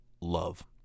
love